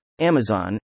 Amazon